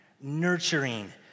nurturing